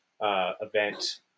event